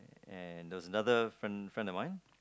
and there was another friend friend of mine